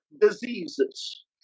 diseases